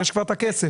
יש כבר אתה כסף